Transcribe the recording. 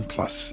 Plus